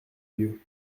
lieu